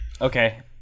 Okay